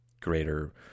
greater